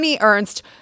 Ernst